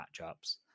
matchups